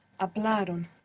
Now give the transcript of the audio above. Hablaron